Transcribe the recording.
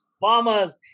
farmers